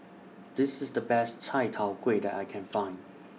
This IS The Best Chai Tow Kway that I Can Find